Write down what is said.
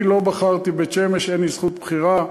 אני לא בחרתי בבית-שמש, אין לי זכות בחירה.